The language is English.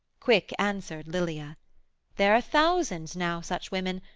quick answered lilia there are thousands now such women,